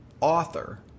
author